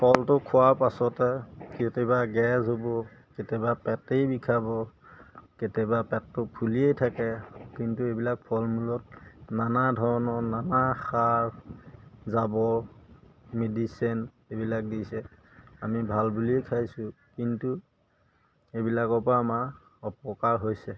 ফলটো খোৱাৰ পাছতে কেতিয়াবা গেছ হ'ব কেতিয়াবা পেটেই বিষাব কেতিয়াবা পেটটো ফুলিয়েই থাকে কিন্তু এইবিলাক ফলমূলত নানা ধৰণৰ নানা সাৰ জাবৰ মেডিচিন এইবিলাক দিছে আমি ভাল বুলিয়েই খাইছোঁ কিন্তু এইবিলাকৰপৰা আমাৰ অপকাৰ হৈছে